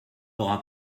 aura